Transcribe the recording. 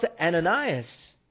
Ananias